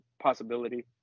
possibility